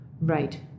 Right